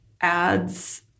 ads